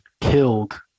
killed